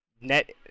Net